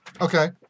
Okay